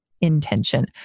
intention